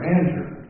Andrew